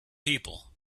people